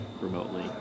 remotely